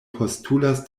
postulas